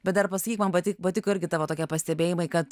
bet dar pasakyk man pati patiko irgi tavo tokie pastebėjimai kad